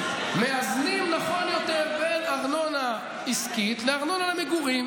מאזנים נכון יותר בין ארנונה עסקית לארנונה למגורים.